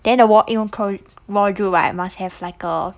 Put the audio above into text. then the war~ wardrobe right must have like a